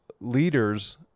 leaders